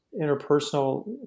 interpersonal